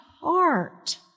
heart